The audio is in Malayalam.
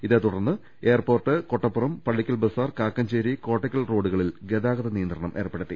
ഇതേ തുടർന്ന് എയർപോർട്ട് കൊട്ടപ്പുറം പള്ളിക്കൽബസാർ കാക്കഞ്ചേരി കോട്ടക്കൽ റോഡുക ളിൽ ഗതാഗത നിയന്ത്രണം ഏർപ്പെടുത്തി